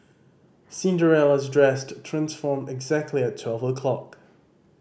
Cinderella's dress transformed exactly at twelve o'clock